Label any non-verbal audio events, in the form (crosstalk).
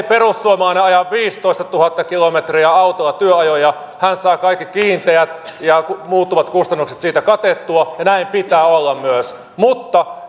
(unintelligible) perussuomalainen ajaa viisitoistatuhatta kilometriä autolla työajoja hän saa kaikki kiinteät ja muuttuvat kustannukset siitä katettua ja näin pitää olla myös mutta (unintelligible)